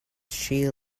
she